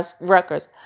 records